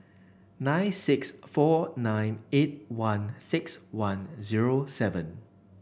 nine six four nine eight one six one zero seven